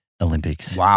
Olympics